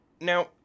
Now